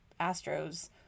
Astros